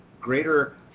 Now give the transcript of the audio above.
greater